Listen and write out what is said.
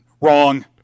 wrong